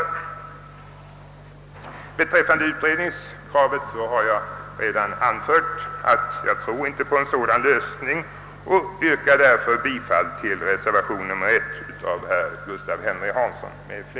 Beträffande utredningskravet har jag redan anfört att jag inte tror på en sådan lösning. Jag yrkar därför bifall till reservation 1 av herr Gustaf Henry Hansson m.fl.